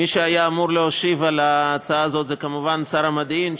מי שהיה אמור להשיב על ההצעה הזאת זה כמובן שר המודיעין,